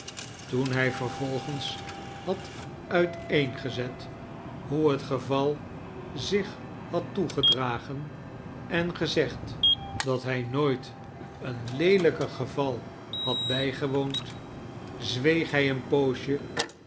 toen hij vervolgens had uiteengezet hoe het geval zich had toegedragen en gezegd dat hij nooit een leelijker geval had bijgewoond zweeg hij een poosje